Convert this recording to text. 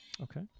Okay